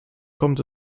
kommt